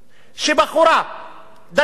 שבחורה דתייה